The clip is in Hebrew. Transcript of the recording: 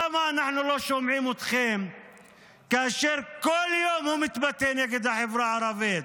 למה אנחנו לא שומעים אתכם כאשר כל יום הוא מתבטא נגד החברה הערבית,